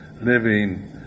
living